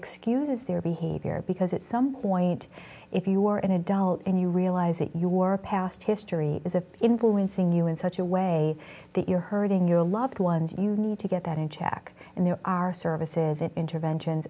excuses their behavior because at some point if you are an adult and you realize that your past history is influencing you in such a way that you're hurting your loved ones you need to get that in check and there are services it interventions